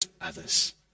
others